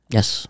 Yes